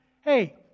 hey